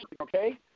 okay